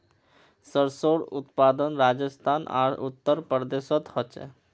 सर्सोंर उत्पादन राजस्थान आर उत्तर प्रदेशोत होचे